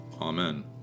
Amen